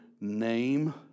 name